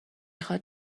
خواد